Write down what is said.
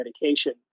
medication